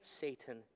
Satan